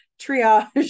triage